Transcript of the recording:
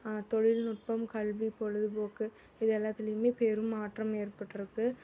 தொழில்நுட்பம் கல்வி பொழுதுபோக்கு இது எல்லாத்துலேயுமே பெரும் மாற்றம் ஏற்பட்டிருக்கு